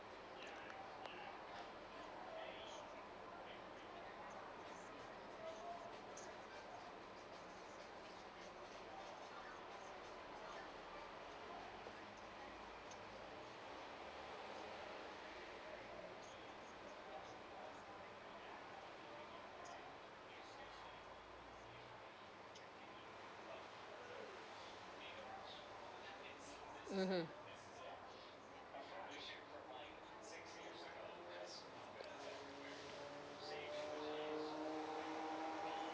mmhmm